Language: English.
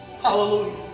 Hallelujah